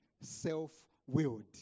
self-willed